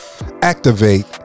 Activate